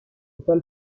école